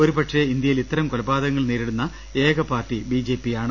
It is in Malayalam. ഒരുപക്ഷെ ഇന്ത്യ യിൽ ഇത്തരം കൊലപാതകങ്ങൾ നേരിടുന്നു ഏക പാർട്ടി ബിജെപി യാണ്